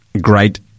great